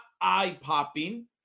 eye-popping